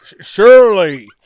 Surely